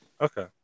Okay